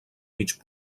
mig